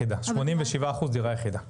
87% דירה יחידה.